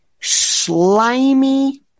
slimy